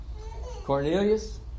Cornelius